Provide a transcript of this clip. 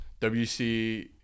WC